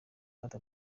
hato